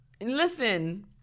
Listen